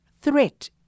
threat